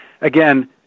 Again